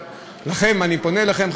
אני פונה אליכם,